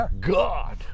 god